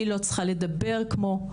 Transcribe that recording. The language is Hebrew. אני לא צריכה לדבר כמו,